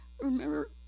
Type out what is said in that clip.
remember